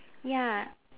ya